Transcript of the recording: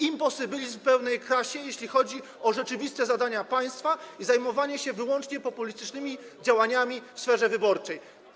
Imposybilizm w pełnej krasie, jeśli chodzi o rzeczywiste zadania państwa, i zajmowanie się wyłącznie populistycznymi działaniami w sferze wyborczej.